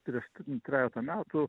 prieš trejetą metų